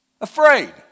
Afraid